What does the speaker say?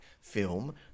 film